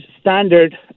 standard